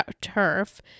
turf